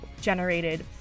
generated